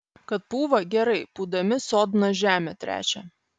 kad pūva gerai pūdami sodno žemę tręšia